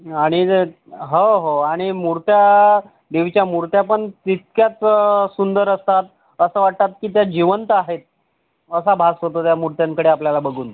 आणि जर हो हो आणि मुर्त्या देवीच्या मुर्त्या पण तितक्याच सुंदर असतात असं वाटतात की त्या जिवंत आहेत असा भास होतो त्या मुर्त्यांकडे आपल्याला बघून